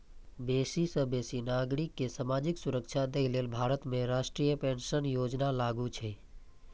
बेसी सं बेसी नागरिक कें सामाजिक सुरक्षा दए लेल भारत में राष्ट्रीय पेंशन योजना लागू छै